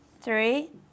three